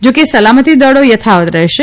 જાકે સલામતિ દળો યથાવત રહેશે